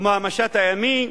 כמו המשט הימי,